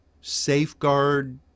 safeguard